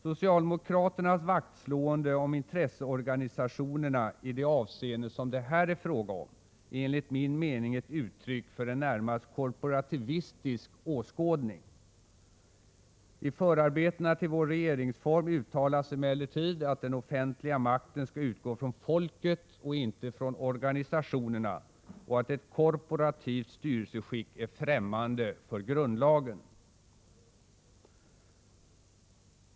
Socialdemokraternas vaktslående om intresseorganisationerna i det avseende som det här är fråga om är enligt min mening ett uttryck för en närmast korporativistisk åskådning. I förarbetena till vår regeringsform uttalas emellertid att den offentliga makten skall utgå från folket och inte från organisationerna och att ett korporativt styrelseskick är främmande för grundlagen.